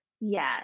Yes